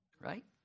right